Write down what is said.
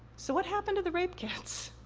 so, what happened to the rape kits?